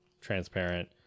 transparent